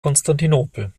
konstantinopel